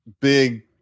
big